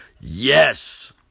Yes